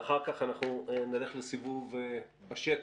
ואחר כך אנחנו נלך לסיבוב בשטח.